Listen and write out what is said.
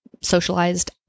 socialized